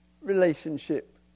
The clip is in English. relationship